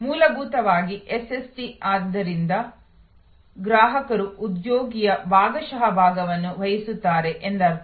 ಮೂಲಭೂತವಾಗಿ ಎಸ್ಎಸ್ಟಿ ಆದ್ದರಿಂದ ಗ್ರಾಹಕರು ಉದ್ಯೋಗಿಯ ಭಾಗಶಃ ಭಾಗವನ್ನು ವಹಿಸುತ್ತಾರೆ ಎಂದರ್ಥ